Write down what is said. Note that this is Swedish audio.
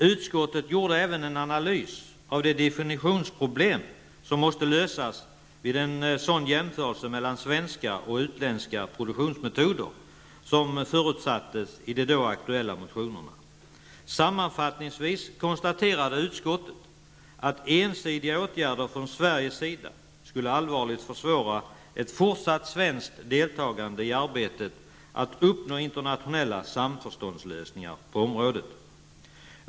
Utskottet gjorde även en analys av de definitionsproblem som måste lösas vid en sådan jämförelse mellan svenska och utländska produktionsmetoder som förutsattes i de då aktuella motionerna. Sammanfattningsvis konstataterade utskottet att ensidiga åtgärder från Sveriges sida skulle allvarligt försvåra ett fortsatt svenskt deltagande i arbetet med att uppnå internationella samförståndslösningar på detta område.